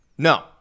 No